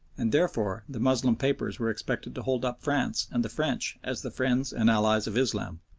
and therefore the moslem papers were expected to hold up france and the french as the friends and allies of islam.